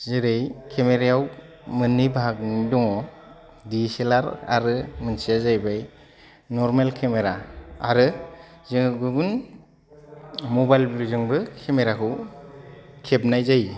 जेरै केमेरायाव मोननै बाहागोनि दङ डि एस एल आर आरो मोनसेया जाहैबाय नर्मेल केमेरा आरो जोङो गुबुन मबाइलफोरजोंबो केमेराखौ खेबनाय जायो